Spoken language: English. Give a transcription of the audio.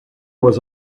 was